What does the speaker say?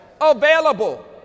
available